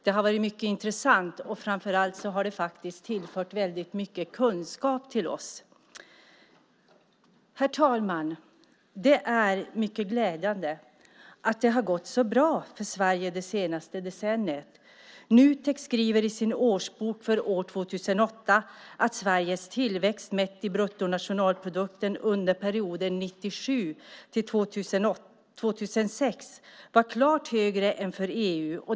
Det har varit mycket intressant, och framför allt har det faktiskt tillfört oss mycket kunskap. Herr talman! Det är mycket glädjande att det har gått så bra för Sverige det senaste decenniet. Nutek skriver i sin årsbok för 2008 att Sveriges tillväxt mätt i bruttonationalprodukt under perioden 1997-2006 var klart högre än för EU.